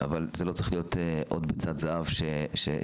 אבל זה לא צריך להיות עוד ביצת זהב של --- אלא